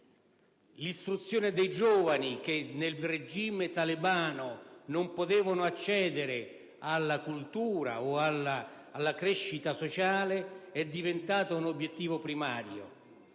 l'istruzione dei giovani, che nel regime talebano non potevano accedere alla cultura o alla crescita sociale, è diventato un obiettivo primario;